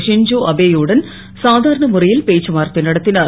Shinzo Abe யுடன் சாதாரண முறை ல் பேச்சுவார்த்தை நடத் னார்